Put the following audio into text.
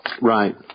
Right